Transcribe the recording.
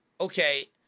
Okay